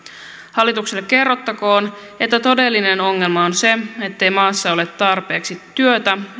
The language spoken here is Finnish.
hallitukselle kerrottakoon että todellinen ongelma on se ettei maassa ole tarpeeksi työtä